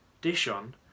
Dishon